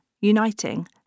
uniting